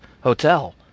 hotel